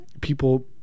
people